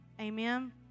Amen